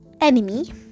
enemy